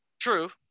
true